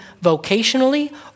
vocationally